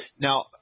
Now